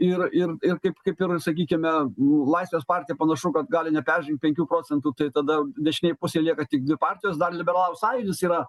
ir ir ir kaip kaip ir sakykime laisvės partija panašu kad gali neperžengt penkių procentų tai tada dešinėj pusėj lieka tik dvi partijos dar liberalų sąjūdis yra